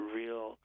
real